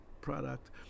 product